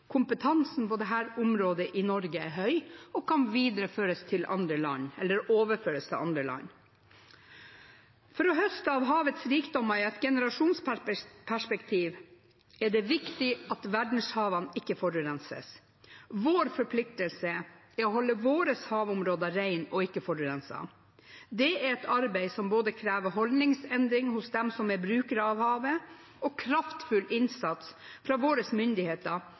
Kompetansen på dette området i Norge er høy og kan overføres til andre land. For å høste av havets rikdommer i et generasjonsperspektiv er det viktig at verdenshavene ikke forurenses. Vår forpliktelse er å holde våre havområder rene og ikke forurenset. Det er et arbeid som krever både holdningsendringer hos dem som er brukere av havet, og kraftfull innsats fra våre myndigheter